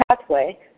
pathway